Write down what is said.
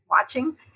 watching